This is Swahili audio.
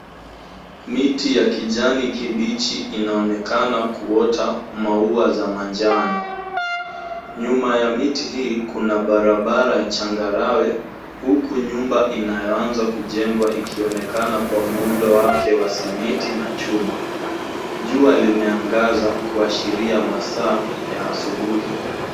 Miti ya kijani kibichi inaonekana kuota maua za manjano. Nyuma ya miti hii kuna barabara ya changarawe huku nyumba inayoanza kujengwa ikionekana kwa muundo wake wa simiti na chuma. Jua limeangaza kuashiria masaa ya asubuhi.